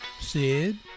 Sid